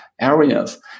areas